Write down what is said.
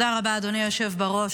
היושב-ראש.